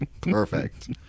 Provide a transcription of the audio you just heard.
Perfect